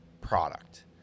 product